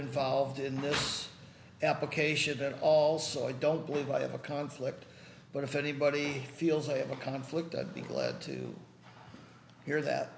involved in this application at all so i don't believe i have a conflict but if anybody feels i have a conflict i'd be glad to hear that